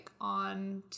on